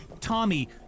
Tommy